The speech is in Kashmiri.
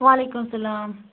وعلیکُم سَلام